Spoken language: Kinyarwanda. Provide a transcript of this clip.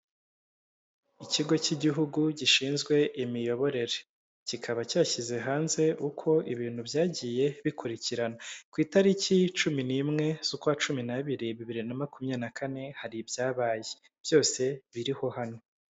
Ikigo cy'igihugu gishinzwe imiyoborere kikaba cyashyize hanze uko ibintu byagiye bikurikirana ku itariki cumi n'imwe z'ukwa cumi n'abiri, bibiri na makumya na kane hari ibyabaye byose biriho hano.